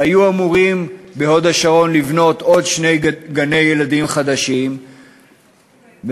והיו אמורים לבנות עוד שני גני-ילדים חדשים בהוד-השרון,